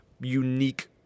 unique